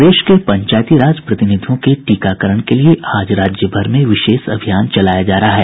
प्रदेश के पंचायती राज प्रतिनिधियों के टीकाकरण के लिए आज राज्य भर में विशेष अभियान चलाया जा रहा है